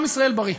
עם ישראל בריא,